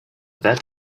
that